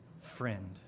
friend